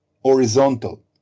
horizontal